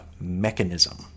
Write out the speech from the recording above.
mechanism